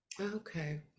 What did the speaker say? Okay